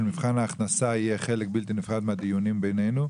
מבחן ההכנסה יהיה חלק בלתי נפרד מהדיונים בינינו.